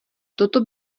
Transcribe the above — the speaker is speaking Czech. toto